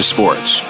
Sports